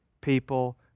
people